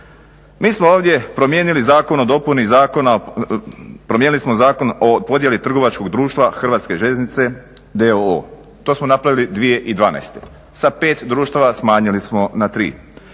Mi smo ovdje promijenili Zakon o podjeli trgovačkog društva Hrvatske željeznice d.o.o., to smo napravili 2012.sa 5 društava smanjili smo na 3.